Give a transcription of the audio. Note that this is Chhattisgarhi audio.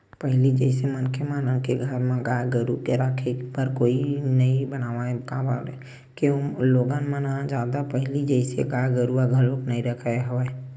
पहिली जइसे मनखे मन के घर म गाय गरु के राखे बर कोठा नइ बनावय काबर के लोगन मन ह जादा पहिली जइसे गाय गरुवा घलोक नइ रखत हवय